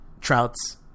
Trout's